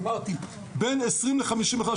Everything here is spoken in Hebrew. אמרתי, בין עשרים לחמישים אחוז.